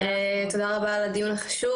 תודה רבה על הדיון החשוב.